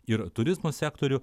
ir turizmo sektorių